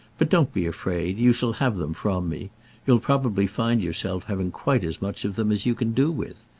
but don't be afraid you shall have them from me you'll probably find yourself having quite as much of them as you can do with.